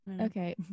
Okay